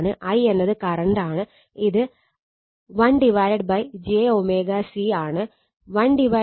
I എന്നത് current ആണ് ഇത് 1j ω C ആണ്